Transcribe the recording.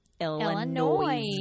Illinois